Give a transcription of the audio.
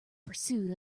pursuit